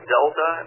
Delta